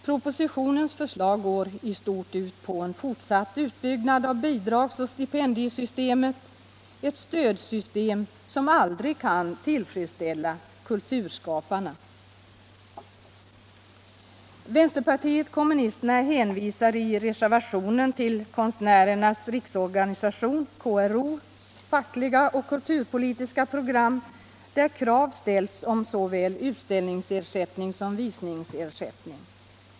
Propositionens förslag går i stort sett ut på en fortsatt utbyggnad av bidrags och stipendiesystemet, ett stödsystem som aldrig kan tillfredsställa kulturskaparen. Vänsterpartiet kommunisterna hänvisar i sin reservation till Konstnärernas riksorganisations fackliga och kulturpolitiska program, där krav ställs på såväl utställnings som visningsersättning.